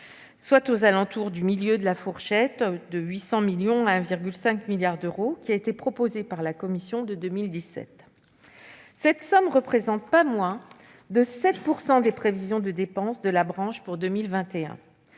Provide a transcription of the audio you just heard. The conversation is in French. soit aux alentours du milieu de la fourchette de 800 millions à 1,5 milliard d'euros, qui a été proposée par la commission de 2017. Cette somme ne représente pas moins de 7 % des prévisions de dépenses de la branche pour 2021.